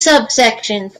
subsections